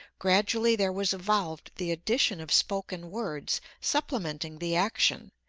gradually there was evolved the addition of spoken words supplementing the action,